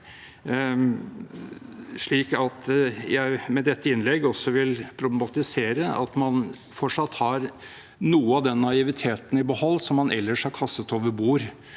innlegg problematisere at man fortsatt har noe av den naiviteten i behold som man ellers har kastet over bord,